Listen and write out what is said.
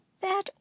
That